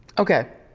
okay.